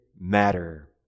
matter